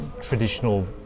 traditional